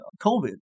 COVID